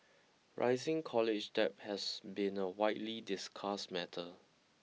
rising college debt has been a widely discussed matter